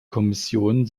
kommission